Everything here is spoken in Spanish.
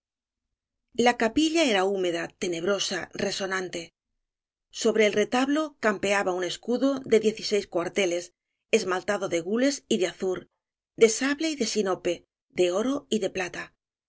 la capilla era húmeda tenebrosa reso nante sobre el retablo campeaba un escudo de dieciséis cuarteles esmaltado de gules y de azur de sable y de sinople de oro y de plata